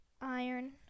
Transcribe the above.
iron